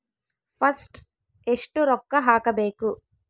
First ಎಷ್ಟು ರೊಕ್ಕ ಹಾಕಬೇಕು?